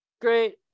great